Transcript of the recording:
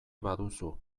baduzu